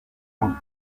loin